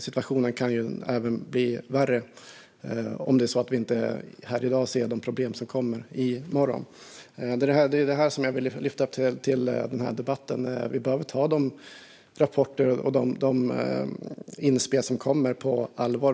Situationen kan bli värre om vi inte här i dag ser de problem som kommer i morgon. Det är detta jag vill lyfta upp till debatt. Vi behöver ta de rapporter och inspel som kommer på allvar.